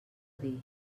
dir